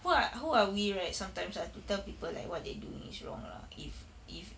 who are who are we right sometimes ah to tell people like what they're doing is wrong lah if if